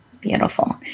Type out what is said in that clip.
Beautiful